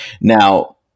Now